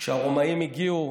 כשהרומאים הגיעו